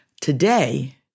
Today